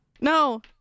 No